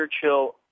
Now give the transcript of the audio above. Churchill